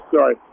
sorry